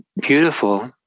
beautiful